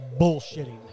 bullshitting